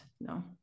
No